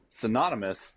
synonymous